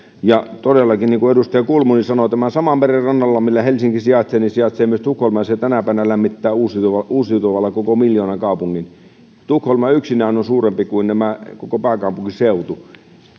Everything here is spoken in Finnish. todellakin niin kuin edustaja kulmuni sanoi tämän saman meren rannalla millä helsinki sijaitsee sijaitsee myös tukholma ja se tänä päivänä lämmittää uusiutuvalla koko miljoonakaupungin tukholma yksinään on suurempi kuin koko pääkaupunkiseutu